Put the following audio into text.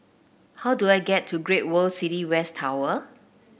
how do I get to Great World City West Tower